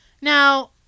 Now